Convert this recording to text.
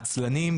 עצלנים,